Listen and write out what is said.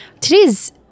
Today's